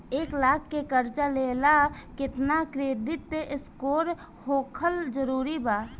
एक लाख के कर्जा लेवेला केतना क्रेडिट स्कोर होखल् जरूरी बा?